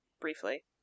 briefly